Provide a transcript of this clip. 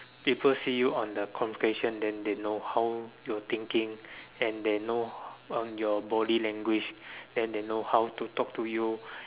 people see you on the communication then they know how your thinking and they know your body language then know how to talk to you